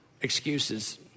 Excuses